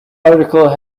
articles